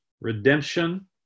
redemption